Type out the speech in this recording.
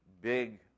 big